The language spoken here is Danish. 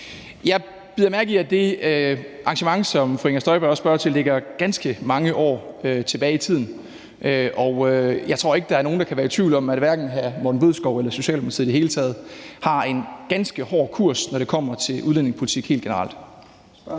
Jeg bider mærke i, at det arrangement, som fru Inger Støjberg også spørger til, ligger ganske mange år tilbage i tiden, og jeg tror ikke, at der er nogen, der kan være i tvivl om, at hverken hr. Morten Bødskov eller Socialdemokratiet i det hele taget har en ganske hård kurs, når det kommer til udlændingepolitik helt generelt.